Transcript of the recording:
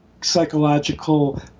psychological